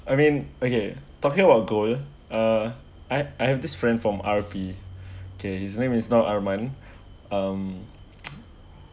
I mean okay talking about goal uh I I have this friend from R_P okay his name is not ru~ um